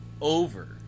over